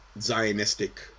zionistic